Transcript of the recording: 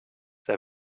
der